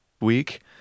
week